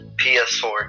PS4